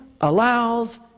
allows